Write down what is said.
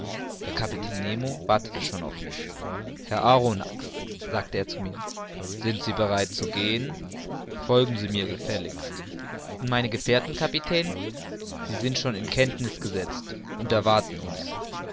der kapitän nemo wartete schon auf mich herr arronax sagte er zu mir sind sie bereit zu gehen folgen sie mir gefälligst und meine gefährten kapitän sie sind schon in kenntniß gesetzt und erwarten uns